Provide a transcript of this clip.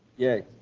yea.